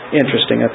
interesting